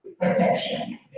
protection